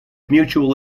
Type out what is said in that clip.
mutual